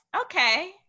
Okay